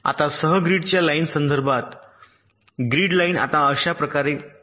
आता सह ग्रीड लाईनच्या संदर्भात ग्रीड लाइन आता अशाच प्रकारे बनते